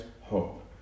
hope